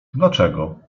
dlaczego